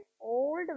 old